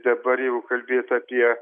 dabar jau kalbėt apie